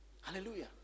Hallelujah